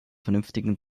vernünftigem